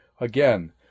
again